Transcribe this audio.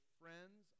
friends